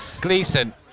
Gleason